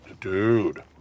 Dude